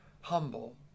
humble